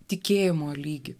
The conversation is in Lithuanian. tikėjimo lygį